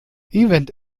event